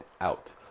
out